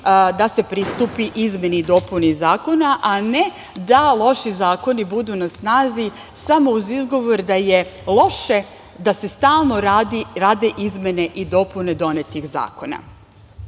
da se pristupi izmeni i dopuni zakona, a ne da loši zakoni budu na snazi samo uz izgovor da je loše da se stalno rade izmene i dopune donetih zakona. Zakon